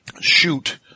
shoot